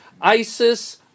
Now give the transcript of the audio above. ISIS